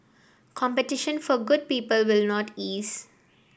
competition for good people will not ease